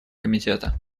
комитета